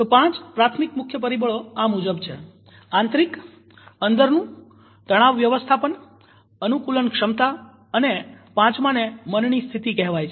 તો પાંચ પ્રાથમિક પરિબળો આ મુજબ છે આંતરિક અંદરનુ તણાવ વ્યવસ્થાપન અનુંકુલનક્ષમતા અને પાંચમાંને મનની સ્થિતિ કહેવાય છે